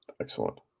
excellent